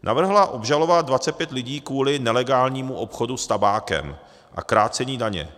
Navrhla obžalovat 25 lidí kvůli nelegálnímu obchodu s tabákem a krácení daně.